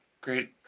Great